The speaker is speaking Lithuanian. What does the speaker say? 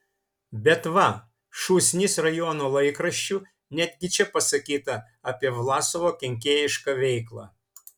bet va šūsnis rajono laikraščių netgi čia pasakyta apie vlasovo kenkėjišką veiklą